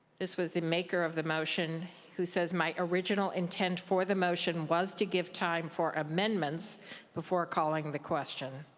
this was the maker of the motion who says my original intent for the motion was to give time for amendments before calling the question.